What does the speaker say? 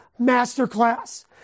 Masterclass